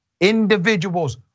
individuals